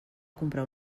comprar